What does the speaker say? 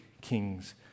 kings